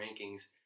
rankings